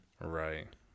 Right